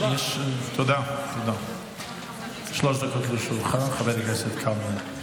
שלוש דקות לרשותך, חבר הכנסת קלנר.